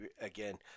again